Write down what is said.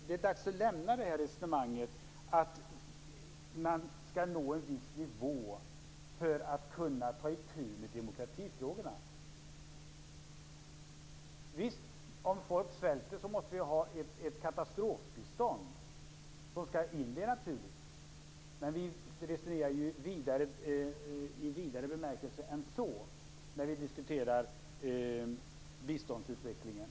Det är dags att lämna resonemanget att man skall nå en viss nivå för att kunna ta itu med demokratifrågorna. Visst, om folk svälter måste vi sätta in ett katastrofbistånd. Det är naturligt. Men vi resonerar ju i vidare bemärkelse än så i fråga om biståndsutvecklingen.